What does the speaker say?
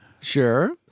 Sure